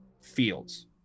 fields